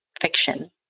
fiction